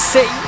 Say